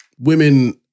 Women